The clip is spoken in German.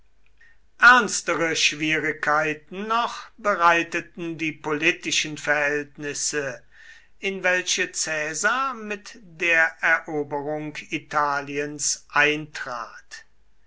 ernstere schwierigkeiten noch bereiteten die politischen verhältnisse in welche caesar mit der eroberung italiens eintrat